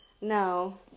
No